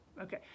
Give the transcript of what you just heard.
Okay